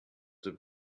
have